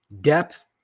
Depth